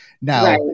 Now